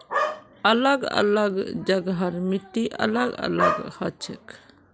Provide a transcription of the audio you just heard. अलग अलग जगहर मिट्टी अलग अलग हछेक